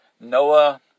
Noah